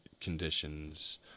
conditions